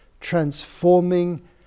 transforming